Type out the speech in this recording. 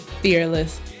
fearless